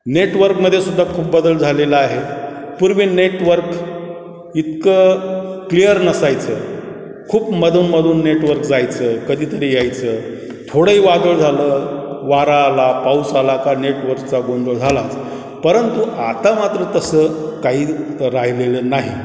नेटवर्कमध्ये सुद्धा खूप बदल झालेला आहे पूर्वी नेटवर्क इतकं क्लिअर नसायचं खूप मधूनमधून नेटवर्क जायचं कधीतरी यायचं थोडंही वादळ झालं वारा आला पाऊस आला का नेटवर्कचा गोंंधळ झालाच परंतु आता मात्र तसं काही राहिलेलं नाही